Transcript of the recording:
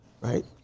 right